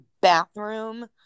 bathroom